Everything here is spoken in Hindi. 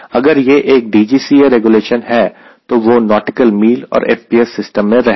अगर यह एक DGCA रेगुलेशन है तो वह नॉटिकल मील और FPS सिस्टम में रहेगा